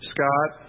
Scott